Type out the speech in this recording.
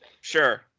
Sure